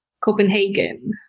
Copenhagen